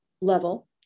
level